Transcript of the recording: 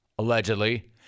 allegedly